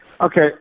Okay